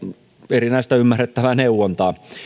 erinäistä ymmärrettävää neuvontaa